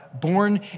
born